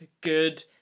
good